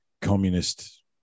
communist